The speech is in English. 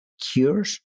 cures